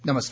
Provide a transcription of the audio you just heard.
नमस्कार